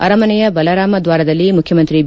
ಅರಮನೆಯ ಬಲರಾಮ ದ್ವಾರದಲ್ಲಿ ಮುಖ್ಯಮಂತ್ರಿ ಬಿ